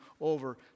over